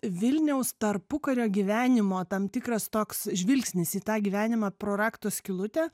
vilniaus tarpukario gyvenimo tam tikras toks žvilgsnis į tą gyvenimą pro rakto skylutę